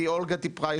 כי אולגה דיברה,